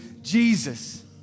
Jesus